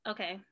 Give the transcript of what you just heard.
Okay